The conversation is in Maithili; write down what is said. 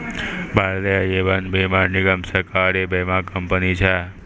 भारतीय जीवन बीमा निगम, सरकारी बीमा कंपनी छै